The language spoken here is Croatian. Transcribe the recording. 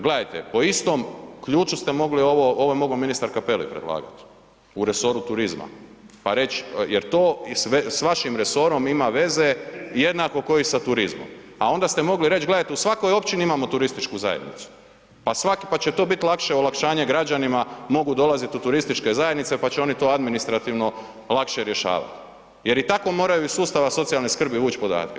Gledajte, po istom ključu ste mogli ovo, ovo je mogao ministar Capelli predlagat u resoru turizma pa reć jer to s vašim resorom ima veze jednako ko i sa turizmom a onda ste mogli reć gledajte, u svakoj općini imamo turističku zajednicu pa će to biti lakše olakšanje građanima, mogu dolazit u turističke zajednice pa će oni to administrativno lakše rješavati jer i tako moraju iz sustava socijalne skrbi vući podatke.